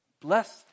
blessed